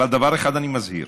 אבל דבר אחד אני מזהיר.